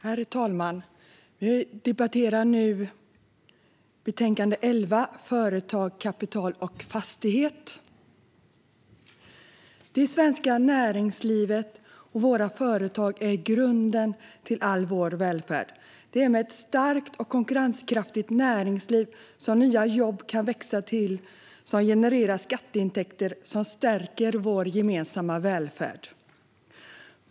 Herr talman! Vi ska nu debattera betänkande SkU11 Företag, kapital och fastighet . Höjda och miljö-differentierade vägavgifter inom eurovinjettsamarbetet Det svenska näringslivet och våra företag är grunden till all vår välfärd. Det är med ett starkt och konkurrenskraftigt näringsliv som nya jobb kan växa till och generera skatteintäkter som stärker vår gemensamma välfärd.